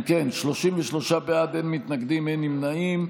אם כן, 33 בעד, אין מתנגדים, אין נמנעים.